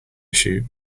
issue